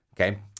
okay